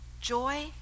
joy